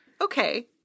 Okay